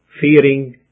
fearing